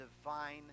divine